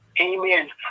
Amen